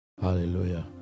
Hallelujah